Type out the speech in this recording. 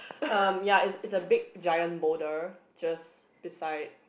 um ya it's it's a big giant boulder just beside